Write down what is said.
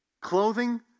Clothing